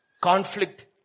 conflict